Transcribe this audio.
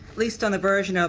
least on the version, ah